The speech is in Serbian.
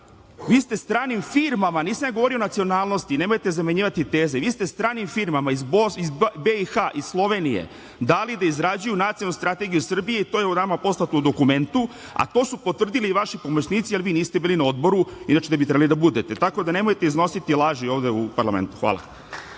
vi ste stranim firmama, nisam ja govorio o nacionalnosti, nemojte zamenjivati teze, vi ste stranim firmama, iz BiH i Slovenije dali da izrađuju nacionalnu strategiju Srbije i to je nama poslato u dokumentu, a to su potvrdili i vaši pomoćnici, jer vi niste bili na odboru, inače gde bi trebalo da budete. Tako da nemojte iznositi laži ovde u parlamentu. Hvala.